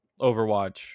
overwatch